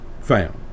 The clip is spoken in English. found